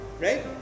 Right